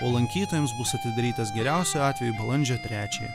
o lankytojams bus atidarytas geriausiu atveju balandžio trečiąją